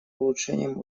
улучшением